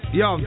yo